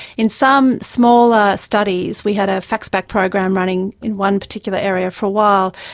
in some smaller studies, we had a faxback program running in one particular area for a while,